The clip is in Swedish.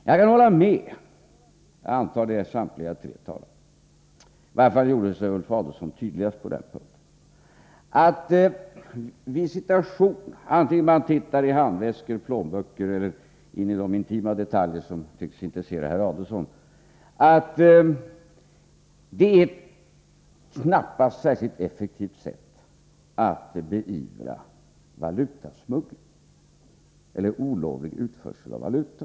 Jag kan hålla med debattörerna — jag tror att det gäller samtliga tre deltagare i debatten; i varje fall uttalade sig Ulf Adelsohn tydligast på den punkten — om att visitation, vare sig den består i att man tittar i handväskor och plånböcker eller den består i att man undersöker sådana intima detaljer som tycks intressera herr Adelsohn, knappast är ett effektivt sätt att beivra valutasmuggling eller olovlig utförsel av valuta.